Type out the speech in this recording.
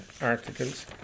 articles